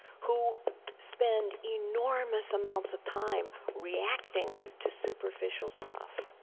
who spend enormous amounts of time reacting to superficial stuff.